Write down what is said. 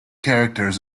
characters